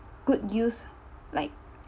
good use like